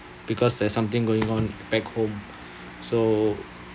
because there's something going on back home so